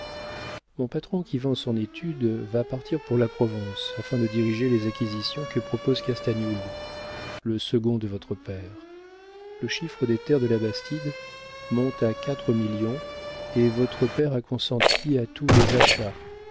mon patron qui vend son étude va partir pour la provence afin de diriger les acquisitions que propose castagnould le second de votre père le chiffre des contrats à faire pour reconstituer la terre de la bastie monte à quatre millions et votre père a consenti à tous les achats